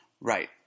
Right